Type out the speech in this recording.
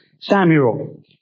Samuel